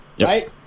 right